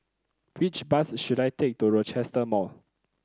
which bus should I take to Rochester Mall